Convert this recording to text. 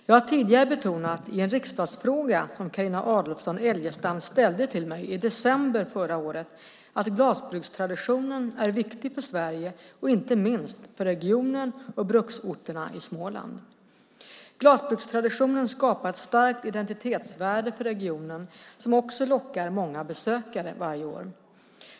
Jag har tidigare betonat, i svaret på en riksdagsfråga som Carina Adolfsson Elgestam ställde till mig i december förra året, att glasbrukstraditionen är viktig för Sverige och inte minst för regionen och bruksorterna i Småland. Glasbrukstraditionen skapar ett starkt identitetsvärde för regionen, som också lockar många besökare varje år.